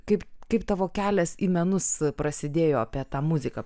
kaip kaip tavo kelias į menus prasidėjo apie tą muziką